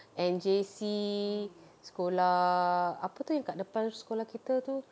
N_J_C sekolah apa tu yang kat depan sekolah kita itu